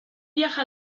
viaje